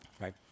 Right